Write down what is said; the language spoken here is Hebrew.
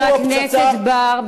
חבר הכנסת בר,